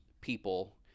people